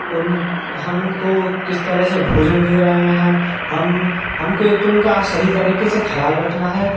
उन हम उनको किस तरह से भोजन दे रहे हैं हम हमको एक तो आ सही तरीके से ख्याल रखना है